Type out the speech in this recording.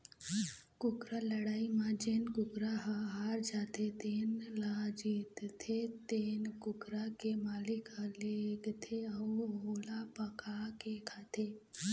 कुकरा लड़ई म जेन कुकरा ह हार जाथे तेन ल जीतथे तेन कुकरा के मालिक ह लेगथे अउ ओला पकाके खाथे